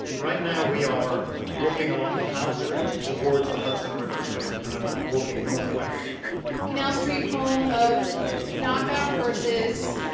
right now, we are walking along canal street towards the hudson river. so we're kind of walking northwest canal street, home of knockoff purses,